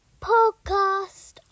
podcast